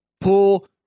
pull